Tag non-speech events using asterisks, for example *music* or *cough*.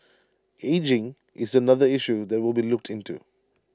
*noise* ageing is another issue that will be looked into